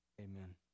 amen